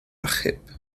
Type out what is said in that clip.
achub